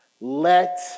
let